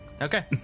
Okay